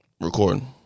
recording